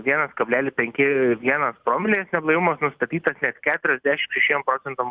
vienas kablelis penki vienas promilės neblaivumas nustatytas net keturiasdešim šešiem procentam